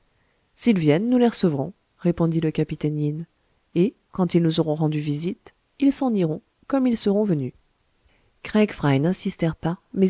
s'ils viennent nous les recevrons répondit le capitaine yin et quand ils nous auront rendu visite ils s'en iront comme ils seront venus craig fry n'insistèrent pas